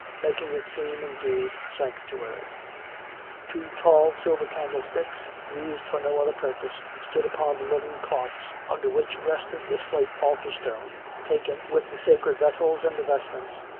making it seem, indeed, a sanctuary two tall silver candles ticks, used for no other purpose, stood upon the linen cloths, under which rested the slate altar-stone, taken, with the sacred vessels and the vestments,